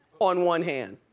on one hand.